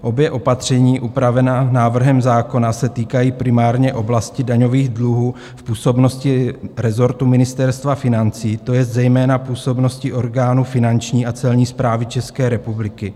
Obě opatření, která jsou upravena návrhem zákona, se týkají primárně oblasti daňových dluhů v působnosti rezortu Ministerstva financí, to je zejména působnosti orgánů Finanční a Celní správy České republiky.